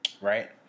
right